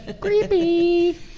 Creepy